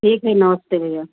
ठीक है नमस्ते भैया